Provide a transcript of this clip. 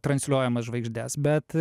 transliuojamas žvaigždes bet